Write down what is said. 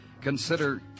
Consider